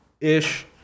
Ish